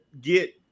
get